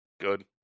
good